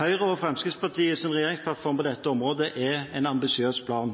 Høyre og Fremskrittspartiets regjeringsplattform på dette området er en ambisiøs plan.